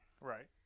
Right